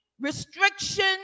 restriction